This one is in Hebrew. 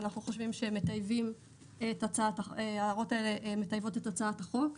אנחנו חושבים שההערות האלו מטייבות את הצעת החוק.